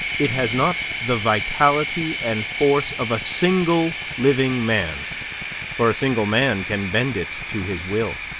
it has not the vitality and force of a single living man for a single man can bend it to his will.